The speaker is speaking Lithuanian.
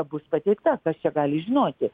bus pateikta kas čia gali žinoti